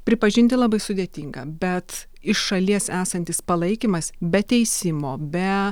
pripažinti labai sudėtinga bet iš šalies esantis palaikymas be teisimo be